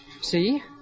See